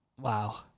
Wow